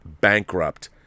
bankrupt